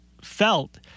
felt